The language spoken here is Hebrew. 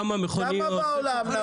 כמה המכוניות?